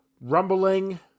rumbling